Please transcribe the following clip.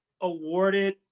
awarded